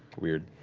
weird.